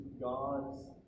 God's